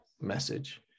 message